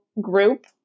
group